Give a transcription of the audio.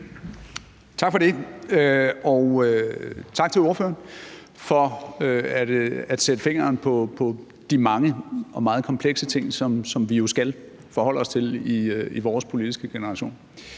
Tak for det. Og tak til ordføreren for at sætte fingeren på de mange meget komplekse ting, som vi jo skal forholde os til i vores politiske generation.